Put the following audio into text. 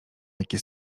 takie